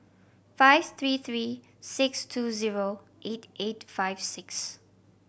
five three three six two zero eight eight five six